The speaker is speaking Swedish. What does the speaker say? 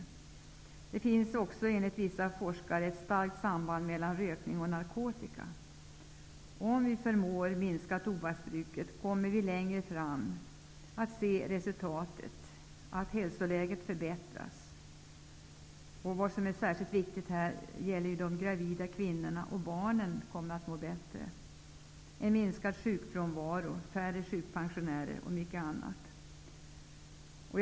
Enligt vissa forskare finns det också ett starkt samband mellan rökningen och bruket av narkotika. Om vi förmår minska tobaksbruket kommer vi längre fram att se resultatet -- ett förbättrat hälsoläge. Särskilt viktigt här är de gravida kvinnorna och barnen, vilka skulle må bättre. Vidare skulle det bli minskad sjukfrånvaro. Antalet sjukpensionärer skulle bli mindre osv.